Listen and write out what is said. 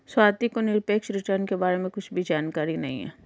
स्वाति को निरपेक्ष रिटर्न के बारे में कुछ भी जानकारी नहीं है